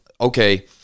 okay